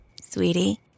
Sweetie